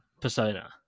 Persona